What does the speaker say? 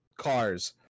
cars